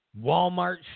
Walmart